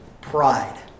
Pride